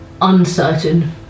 uncertain